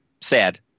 sad